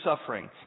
suffering